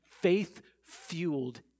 faith-fueled